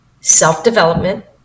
self-development